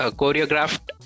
choreographed